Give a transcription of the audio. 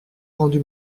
rendu